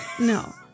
no